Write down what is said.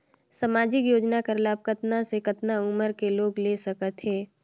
समाजिक योजना कर लाभ कतना से कतना उमर कर लोग ले सकथे?